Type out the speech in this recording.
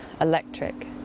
electric